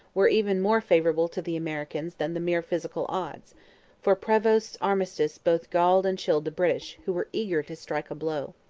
were even more favourable to the americans than the mere physical odds for prevost's armistice both galled and chilled the british, who were eager to strike a blow.